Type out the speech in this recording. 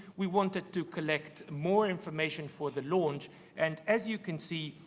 we wanted to collect more information for the launch and, as you can see,